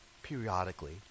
periodically